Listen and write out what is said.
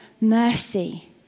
mercy